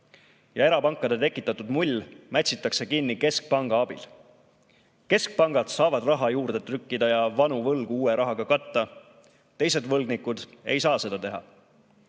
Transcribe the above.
Erapankade tekitatud mull mätsitakse kinni keskpanga abil. Keskpangad saavad raha juurde trükkida ja vanu võlgu uue rahaga katta. Teised võlgnikud ei saa seda teha.